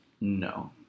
No